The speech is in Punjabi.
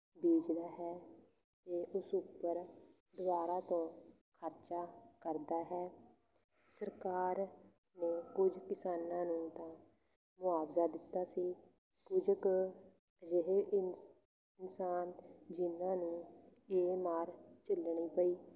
ਬੀਜਦਾ ਹੈ ਅਤੇ ਉਸ ਉੱਪਰ ਦੁਬਾਰਾ ਤੋਂ ਖਰਚਾ ਕਰਦਾ ਹੈ ਸਰਕਾਰ ਨੇ ਕੁਝ ਕਿਸਾਨਾਂ ਨੂੰ ਤਾਂ ਮੁਆਵਜ਼ਾ ਦਿੱਤਾ ਸੀ ਕੁਝ ਕੁ ਰਹੇ ਇਨਸ ਇਨਸਾਨ ਜਿਨ੍ਹਾਂ ਨੂੰ ਇਹ ਮਾਰ ਝੱਲਣੀ ਪਈ